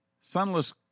Sunless